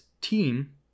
team